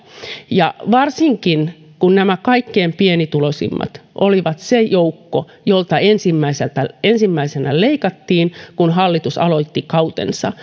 varsinkin kun nämä kaikkein pienituloisimmat olivat se joukko jolta ensimmäisenä leikattiin kun hallitus aloitti kautensa